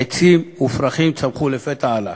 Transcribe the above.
עצים ופרחים צמחו לפתע עליו.